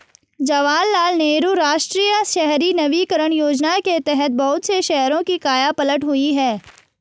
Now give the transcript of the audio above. जवाहरलाल नेहरू राष्ट्रीय शहरी नवीकरण योजना के तहत बहुत से शहरों की काया पलट हुई है